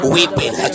Weeping